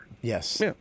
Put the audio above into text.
Yes